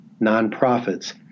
nonprofits